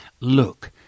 Look